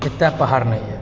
एतऽ पहाड़ नहि अइ